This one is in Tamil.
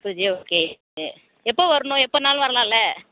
ஃப்ரிட்ஜ்ஜே ஓகே எப்போ வரணும் எப்போனாலும் வரலாம்ல